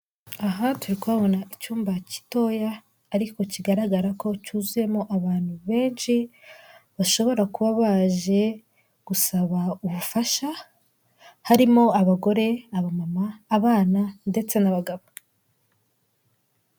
Aha turi kuhabonaga icyumba gitoya ariko kigaragara ko cyuzuyemo abantu benshi bashobora kuba baje gusaba ubufasha, harimo abagore abamama abana ndetse n'abagabo.